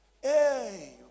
Hey